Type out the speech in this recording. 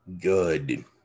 good